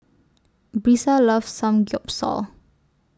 Brisa loves Samgeyopsal